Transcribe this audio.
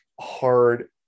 hard